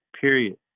period